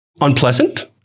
unpleasant